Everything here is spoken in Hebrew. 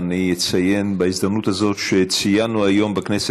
הצעות לסדר-היום מס'